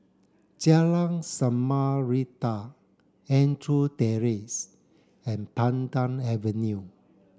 Jalan Samarinda Andrew Terrace and Pandan Avenue